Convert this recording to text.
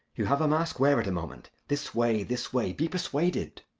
you have a mask wear it a moment. this way, this way be persuaded.